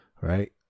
right